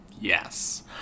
Yes